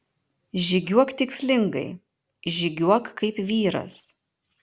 žygiuok tikslingai žygiuok kaip vyras